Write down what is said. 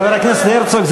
חבר הכנסת הרצוג,